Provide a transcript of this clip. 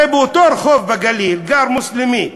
הרי באותו רחוב בגליל גר מוסלמי,